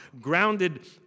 grounded